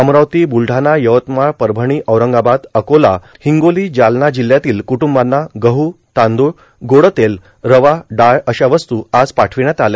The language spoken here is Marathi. अमरावती बुलढाणा यवतमाळ परभणी औरंगाबाद अकोला र्हिगोली जालना जिल्हयातील कुटूंबांना गहू तांदूळ गोडतेल रवा डाळ अशा वस्तू आज पार्ठावण्यात आल्या